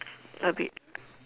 a bit